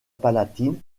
palatine